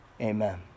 amen